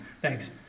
thanks